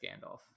Gandalf